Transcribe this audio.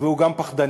והוא גם פחדני.